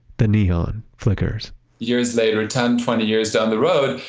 the neon flickers years later, ten, twenty years down the road,